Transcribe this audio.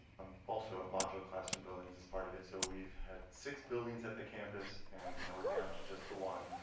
um also modular classroom buildings is part of it. so we've had six buildings at the campus. and now we're down to just the one.